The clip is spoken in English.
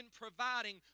providing